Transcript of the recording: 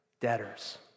debtors